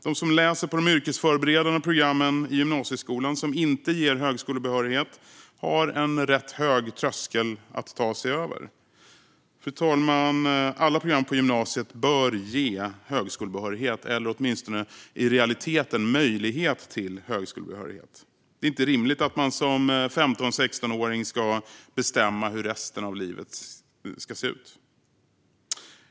De som läser på de yrkesförberedande programmen i gymnasieskolan, som inte ger högskolebehörighet, har en rätt hög tröskel att ta sig över. Alla program på gymnasiet bör, fru talman, ge högskolebehörighet eller åtminstone i realiteten möjlighet till högskolebehörighet. Det är inte rimligt att man som 15-16-åring ska bestämma hur resten av livet ska se ut.